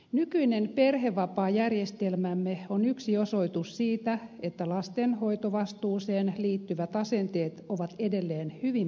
nykyinen perhevapaajärjestelmämme on yksi osoitus siitä että lastenhoitovastuuseen liittyvät asenteet ovat edelleen hyvin perinteisiä